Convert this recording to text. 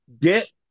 Get